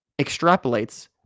extrapolates